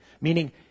Meaning